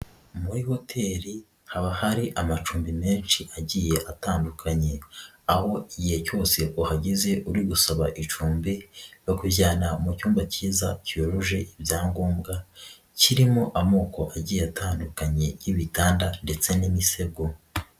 Muri hoteli haba hari amacumbi menshi agiye atandukanye aho igihe cyose uhageze uri gusaba icumbi bakujyana mu cyumba kiza cyujuje ibya ngombwa kirimo amoko agiye atandukanye y'ibitanda ndetse n'imisego.